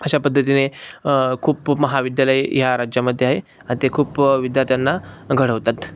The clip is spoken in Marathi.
अशा पद्धतीने खूप महाविद्यालय ह्या राज्यामध्ये आहे अ ते खूप विद्यार्थ्यांना घडवतात